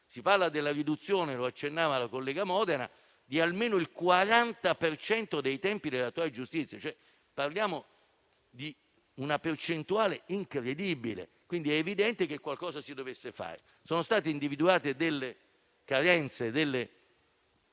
Si parla della riduzione - lo accennava la collega Modena - di almeno il 40 per cento dei tempi attuali: parliamo di una percentuale incredibile. È evidente che qualcosa si dovesse fare. Sono stati individuate delle carenze e delle